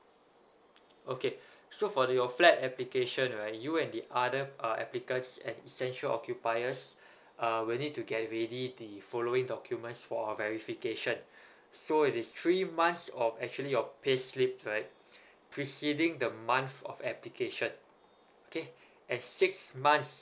okay so for your flat application right you and the other uh applicants and essential occupiers uh will need to get ready the following documents for our verification so it is three months of actually your payslip right preceding the month of application okay and six months